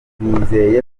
nizeye